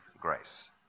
grace